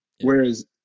Whereas